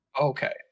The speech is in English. Okay